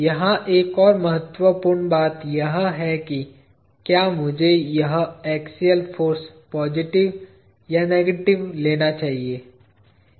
यहां एक और महत्वपूर्ण बात यह है कि क्या मुझे यह एक्सियल फाॅर्स पॉजिटिव या नेगेटिव लेना चाहिए